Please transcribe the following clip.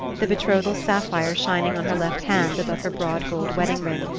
the betrothal sapphire shining on her left hand above her broad gold wedding-ring,